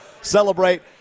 celebrate